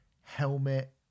Helmet